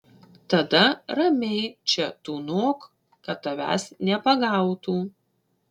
tada ramiai čia tūnok kad tavęs nepagautų